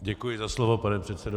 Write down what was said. Děkuji za slovo, pane předsedo.